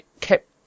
kept